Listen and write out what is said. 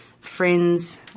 friends